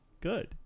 good